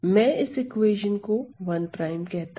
मैं इस इक्वेशन को 1' कहता हूं